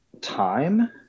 time